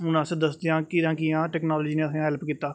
हून अस दस्सदे आं कि कि'यां कि'यां टैक्लालजी नै असेंई हैल्प कीता